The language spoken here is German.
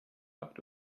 acht